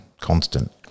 constant